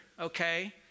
okay